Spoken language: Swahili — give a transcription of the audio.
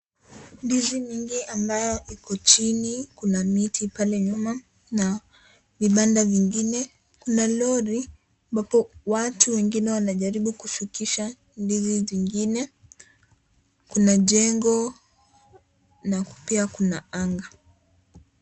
Ndizi nyingi ambao iko chini kuna miti pale nyuma na vibanda vingine na lori ambapo watu wengine wanajaribu kushukisha ndizi zingine kuna jengo na pia kuna anga.